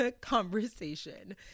conversation